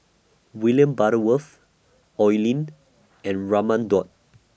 William Butterworth Oi Lin and Raman Daud